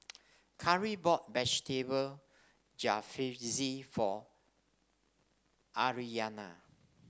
Karie bought Vegetable Jalfrezi for Aryanna